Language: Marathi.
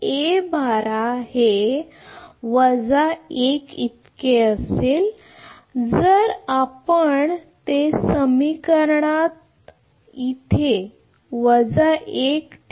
जर आपण येथे ठेवले तर तुम्ही येथे हे येथे ठेवले तर तुम्ही येथे वजा 1 ठेवले